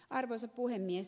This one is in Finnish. arvoisa puhemies